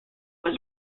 was